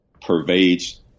pervades